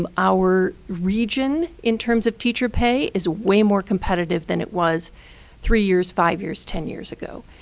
um our region, in terms of teacher pay, is way more competitive than it was three years, five years, ten years ago.